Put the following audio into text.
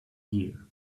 year